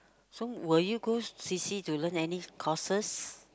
so will you go C_C to learn any courses